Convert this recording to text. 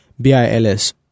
b-i-l-s